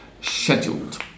scheduled